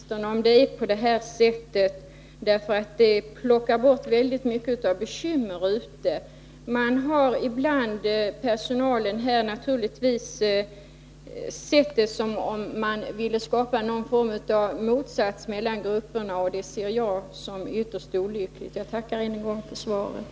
Fru talman! Det gläder mig mycket, herr försvarsminister, om det är så. Det eliminerar en del bekymmer. Personalen har naturligtvis tolkat det så att man vill skapa något slags motsatsförhållande mellan grupperna, och det är ytterst olyckligt. Jag tackar än en gång för svaret.